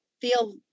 feel